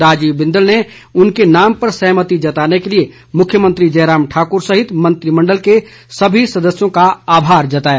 राजीव बिंदल ने उनके नाम पर सहमति जताने के लिए मुख्यमंत्री जयराम ठाकुर सहित मंत्रिमंडल के सभी सदस्यों का आभार जताया